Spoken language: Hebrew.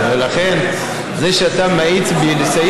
וגם אם יש לך איזה קבוצת צרחנים שעושים לך